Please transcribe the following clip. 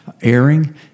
airing